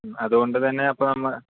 അത്കൊണ്ട് തന്നെ അപ്പോൾ നമ്മ